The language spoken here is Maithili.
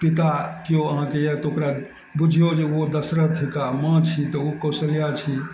पिता केओ अहाँके यऽ तऽ ओकरा बुझियौ जे ओ दशरथ थिका माँ छी तऽ ओ कौशल्या छी